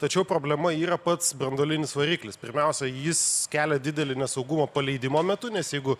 tačiau problema yra pats branduolinis variklis pirmiausia jis kelia didelį nesaugumą paleidimo metu nes jeigu